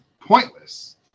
pointless